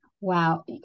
Wow